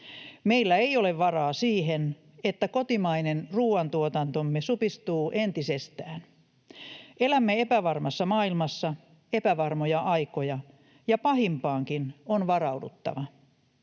Meillä ei ole varaa siihen, että kotimainen ruuantuotantomme supistuu entisestään. Elämme epävarmassa maailmassa epävarmoja aikoja, ja pahimpaankin on varauduttava.